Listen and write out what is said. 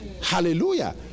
Hallelujah